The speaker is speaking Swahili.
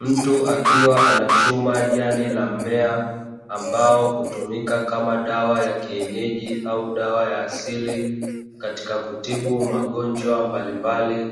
Mtu akiwa anachuma jani la mimea, ambalo Hutumika kama dawa ya kienyeji au dawa ya asili katika kutibu magonjwa mbalimbali